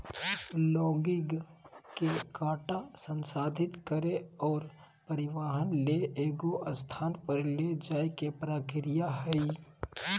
logging के काटा संसाधित करे और परिवहन ले एगो स्थान पर ले जाय के प्रक्रिया हइ